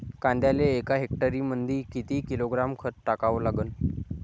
कांद्याले एका हेक्टरमंदी किती किलोग्रॅम खत टाकावं लागन?